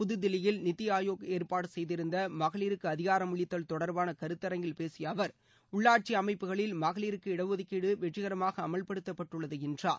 புததில்லியில் நித்தி ஆயோக் ஏற்பாடு செய்திருந்த மகளிருக்கு அதிகாரமளித்தல் தொடர்பான கருத்தரங்கில் பேசிய அவர் உள்ளாட்சி அமைப்புகளில் மகளிருக்கு இடஒதுக்கீடு வெற்றிகரமாக அமல்படுத்தப்பட்டுள்ளது என்றார்